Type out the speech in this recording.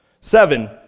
Seven